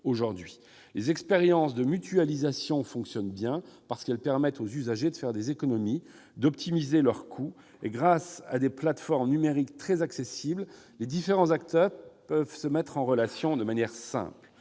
Les expériences de mutualisation fonctionnent bien, parce qu'elles permettent aux usagers de faire des économies en optimisant leurs coûts ; et, grâce à des plateformes numériques très accessibles, les différents acteurs peuvent se mettre en relation de manière simple.